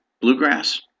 bluegrass